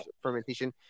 fermentation